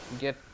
get